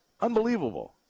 Unbelievable